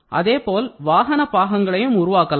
அதே போல வாகன பாகங்களையும் உருவாக்கலாம்